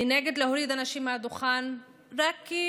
אני נגד להוריד אנשים מהדוכן רק כי